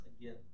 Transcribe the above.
again